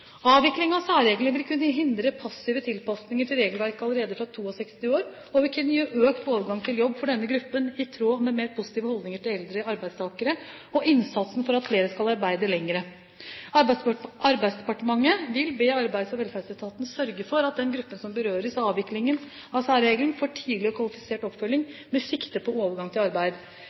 av særreglene vil kunne hindre passive tilpasninger til regelverket allerede fra 62 år, og vil kunne gi økt overgang til jobb for denne gruppen i tråd med mer positive holdninger til eldre arbeidstakere og innsatsen for at flere skal arbeide lenger. Arbeidsdepartementet vil be Arbeids- og velferdsetaten sørge for at den gruppen som berøres av avviklingen av særreglene, får tidlig og kvalifisert oppfølging med sikte på overgang til arbeid.